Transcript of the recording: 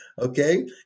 okay